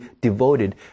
devoted